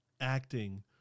acting